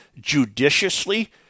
judiciously